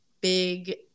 big